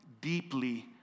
deeply